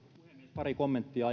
pari kommenttia